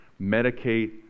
medicate